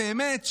באמת,